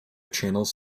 channels